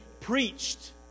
preached